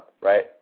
right